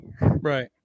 right